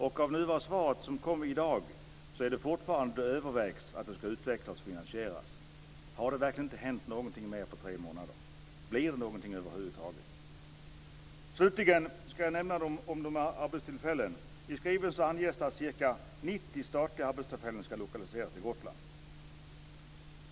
Enligt dagens svar överväger man fortfarande att det ska utvecklas och finansieras. Har det verkligen inte hänt någonting mer på tre månader? Blir det någonting över huvud taget? Slutligen ska jag ta upp detta med arbetstillfällen. I skrivelsen anges det att ca 90 statliga arbetstillfällen ska lokaliseras till Gotland.